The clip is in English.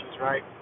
right